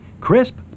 Crisp